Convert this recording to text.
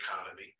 economy